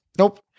Nope